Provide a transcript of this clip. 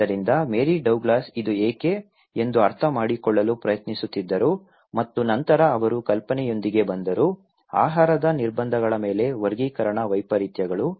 ಆದ್ದರಿಂದ Mary Douglas ಇದು ಏಕೆ ಎಂದು ಅರ್ಥಮಾಡಿಕೊಳ್ಳಲು ಪ್ರಯತ್ನಿಸುತ್ತಿದ್ದರು ಮತ್ತು ನಂತರ ಅವರು ಕಲ್ಪನೆಯೊಂದಿಗೆ ಬಂದರು ಆಹಾರದ ನಿರ್ಬಂಧಗಳ ಮೇಲೆ ವರ್ಗೀಕರಣ ವೈಪರೀತ್ಯಗಳು